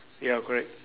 ya correct